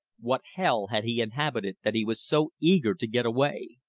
what hell had he inhabited that he was so eager to get away?